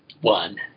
one